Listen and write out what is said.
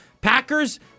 Packers